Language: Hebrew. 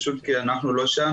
אנחנו לא שם,